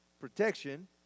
protection